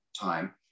time